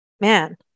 man